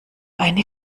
eine